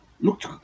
looked